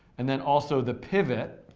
and then also the pivot,